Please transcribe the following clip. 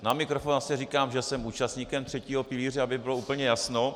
Na mikrofon říkám, že jsem účastníkem třetího pilíře, aby bylo úplně jasno.